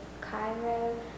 Cairo